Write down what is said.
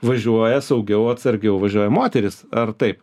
važiuoja saugiau atsargiau važiuoja moterys ar taip